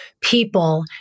people